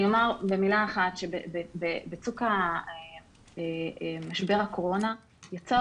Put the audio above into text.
אני אומר במילה אחת שבצוק משבר הקורונה יצאה